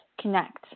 connect